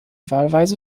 wahlweise